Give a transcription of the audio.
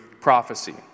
prophecy